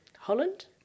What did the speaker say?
Holland